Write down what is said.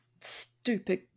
stupid